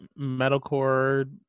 metalcore